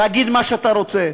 להגיד מה שאתה רוצה,